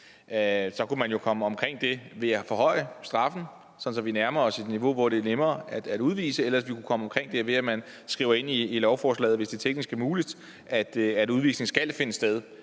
Så kunne man jo komme omkring det ved at forhøje straffen, sådan at vi nærmer os et niveau, hvor det er nemmere at udvise, eller vi kunne komme omkring det, ved at det skrives ind i lovforslaget, hvis det er teknisk muligt, at udvisningen skal finde sted,